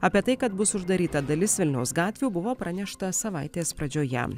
apie tai kad bus uždaryta dalis vilniaus gatvių buvo pranešta savaitės pradžioje